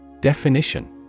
Definition